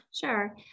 Sure